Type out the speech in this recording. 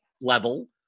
level